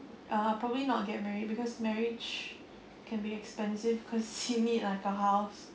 uh probably not get married because marriage can be expensive cause you need like a house